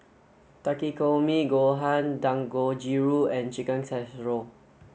Takikomi Gohan Dangojiru and Chicken Casserole